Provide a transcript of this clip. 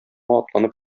атланып